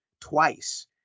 twice